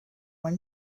when